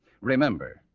Remember